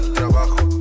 Trabajo